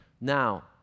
Now